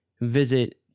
visit